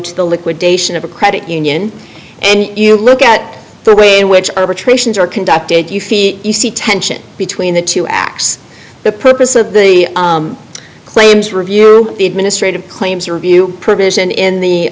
to the liquidation of a credit union and you look at the way in which arbitrations are conducted you feel tension between the two acts the purpose of the claims review the administrative claims review provision in the